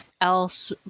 else